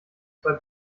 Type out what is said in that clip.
zwei